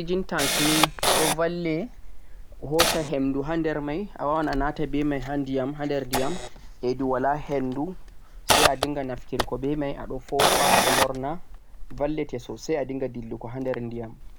oxygen tank ni do valle hosa hendu ha der mai a wawan a nata beh mai ha der ndiyam ha der ndiyam hedi wala hendu sai a dinga nafturgo beh mai a do foofa ado lorna vallete sosai a dinga dillugo ha der ndiyam